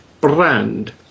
brand